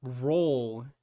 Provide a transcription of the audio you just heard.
role